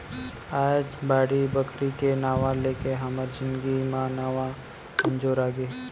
आज बाड़ी बखरी के नांव लेके हमर जिनगी म नवा अंजोर आगे